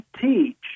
teach